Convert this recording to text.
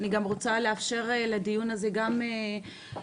אני גם רוצה לאפשר לדיון הזה גם הרבה